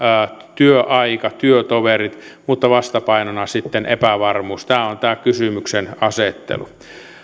työaika työtoverit mutta vastapainona sitten epävarmuus tämä on tämä kysymyksenasettelu